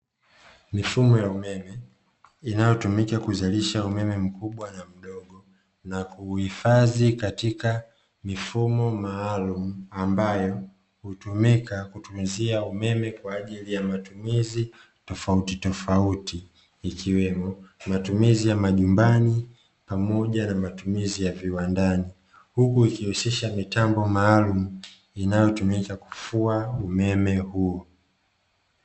Mifumo ya umeme inayotumika kuzalisha umeme mkubwa na mdogo, na kuhifadhi katika mifumo maalumu, ambayo hutumika kutunzia umeme kwa ajili ya matumizi tofautitofauti, ikiwemo; matumizi ya majumbani pamoja na matumizi ya viwandani, huku ikihusisha mitambo maalumu inayotumika kufua umeme huo.